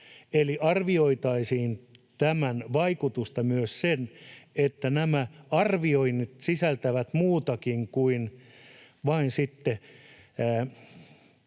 että arvioitaisiin tämän vaikutusta myös sen kautta, että nämä arvioinnit sisältävät muutakin kuin vain sitten